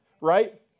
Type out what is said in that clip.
right